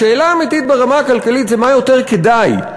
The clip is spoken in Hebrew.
השאלה האמיתית ברמה הכלכלית זה מה יותר כדאי,